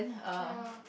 ya